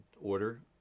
order